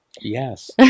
Yes